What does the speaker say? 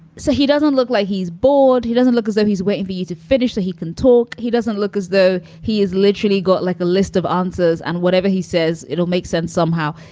so he doesn't look like he's bored. he doesn't look as though he's waiting for you to finish so he can talk. he doesn't look as though he is literally got like a list of answers and whatever he says, it will make sense somehow.